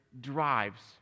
drives